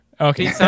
Okay